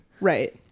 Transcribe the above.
Right